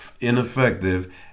ineffective